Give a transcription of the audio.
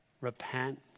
Repent